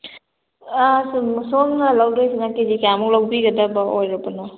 ꯑꯥ ꯁꯣꯝꯅ ꯂꯧꯗꯣꯏꯁꯤꯅ ꯀꯦꯖꯤ ꯀꯌꯥꯃꯨꯛ ꯂꯧꯕꯤꯒꯗꯕ ꯑꯣꯏꯔꯕꯅꯣ